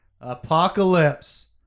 apocalypse